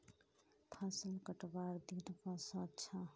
फसल कटवार दिन व स छ